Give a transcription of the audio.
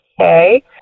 okay